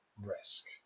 risk